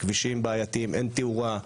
אין כבישים אין תאורה.